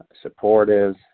supportive